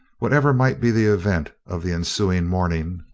whatever might be the event of the ensuing morning,